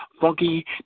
funky